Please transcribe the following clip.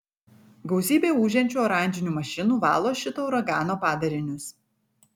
gausybė ūžiančių oranžinių mašinų valo šito uragano padarinius